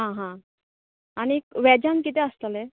आं हां आनी वेजान कितें आसतलें